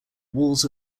walls